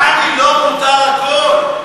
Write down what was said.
דני, לו מותר הכול.